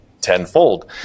tenfold